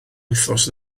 wythnos